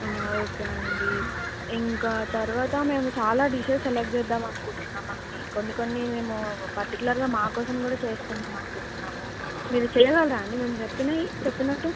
okay అండి ఇంకా తర్వాత మేము చాలా డిషెస్ సెలెక్ట్ చేద్దాం అనుకుంటున్నామండి కొన్ని కొన్ని మేము పర్టికులర్గా మాకోసం కూడా చేసుకుందాంమనుకుంటున్నాము మీరు చేయగలరా అండి మేము చెప్పినవి చెప్పినట్టు